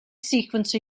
sequence